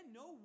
no